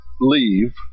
leave